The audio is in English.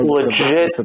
legit